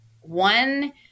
one –